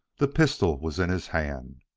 the pistol was in his hand.